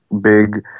big